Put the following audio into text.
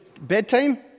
bedtime